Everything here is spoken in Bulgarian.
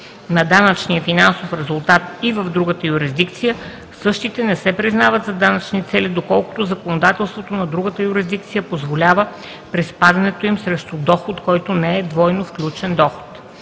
на данъчния финансов резултат и в другата юрисдикция, същите не се признават за данъчни цели, доколкото законодателството на другата юрисдикция позволява приспадането им срещу доход, който не е двойно включен доход.